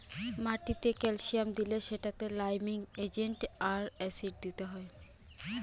মাটিতে ক্যালসিয়াম দিলে সেটাতে লাইমিং এজেন্ট আর অ্যাসিড দিতে হয়